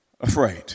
afraid